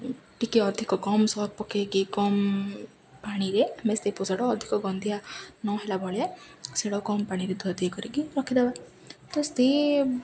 ଟିକେ ଅଧିକ କମ୍ ସର୍ଫ ପକେଇକି କମ୍ ପାଣିରେ ଆମେ ସେଇ ପୋଷାଟା ଅଧିକ ଗନ୍ଧିଆ ନହେଲା ବେଳେ ସେଇଟା କମ୍ ପାଣିରେ ଧୁଆଧୋଇ କରିକି ରଖିଦେବା ତ ସେ